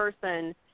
person